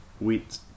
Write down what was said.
wheat